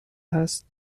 هست